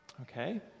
Okay